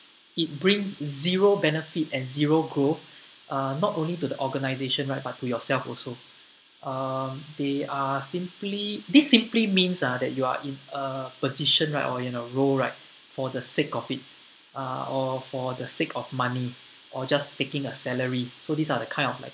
it brings zero benefit and zero growth uh not only to the organisation right but to yourself also um they are simply this simply means ah that you are in a position right or in a role right for the sake of it uh or for the sake of money or just taking a salary so these are the kind of like